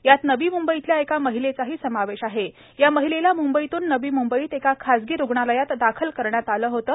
यामध्ये नवी मुंबईतल्या एका महिलेचाही समावेश आहे या महिलेला मुंबईतून नवी मुंबईत एका खाजगी रूग्णालयात दाखल करण्यात आलं होतं